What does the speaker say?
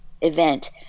event